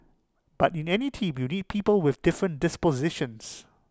but in any team you need people with different dispositions